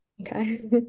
Okay